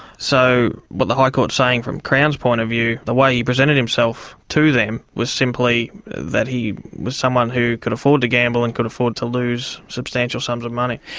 so what the high court is saying from crown's point of view, the way he presented himself to them was simply that he was someone who could afford to gamble and could afford to lose substantial sums of money.